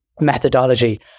methodology